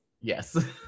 yes